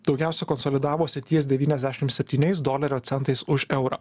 daugiausiai konsolidavosi ties devyniasdešim septyniais dolerio centais už eurą